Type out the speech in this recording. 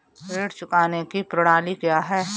ऋण चुकाने की प्रणाली क्या है?